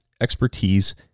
expertise